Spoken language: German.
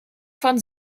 von